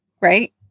right